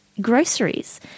groceries